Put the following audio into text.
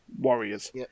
Warriors